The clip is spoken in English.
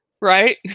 Right